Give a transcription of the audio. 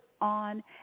on